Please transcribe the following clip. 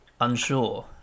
unsure